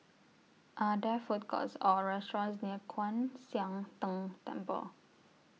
Are There Food Courts Or restaurants near Kwan Siang Tng Temple